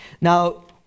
Now